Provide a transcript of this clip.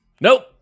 Nope